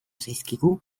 zaizkigu